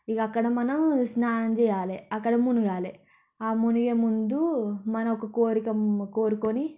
ఇక అక్కడ మనం స్నానం చేయాలి అక్కడ మునగాలి ఆ మునిగే ముందూ మన ఒక కోరిక మొ కోరుకొని